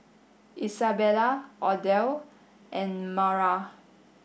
Izabella Odile and Maura